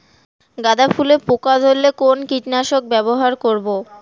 গাদা ফুলে পোকা ধরলে কোন কীটনাশক ব্যবহার করব?